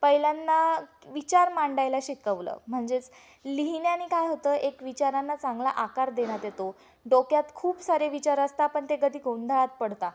पहिल्यांना विचार मांडायला शिकवलं म्हणजेच लिहिण्याने काय होतं एक विचारांना चांगला आकार देण्यात येतो डोक्यात खूप सारे विचार असतात पण ते कधी गोंधळात पडतात